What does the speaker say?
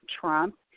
Trump